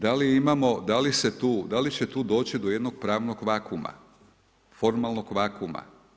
Da li imamo, da li se tu, da li će tu doći do jednog pravnog vakuuma, formalnog vakuuma?